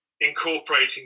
incorporating